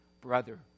brother